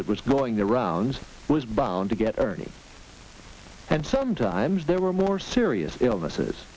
that was going the rounds was bound to get ernie and sometimes there were more serious illnesses